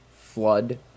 Flood